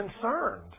concerned